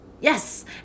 Yes